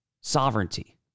sovereignty